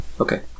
okay